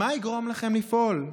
מה יגרום לכם לפעול?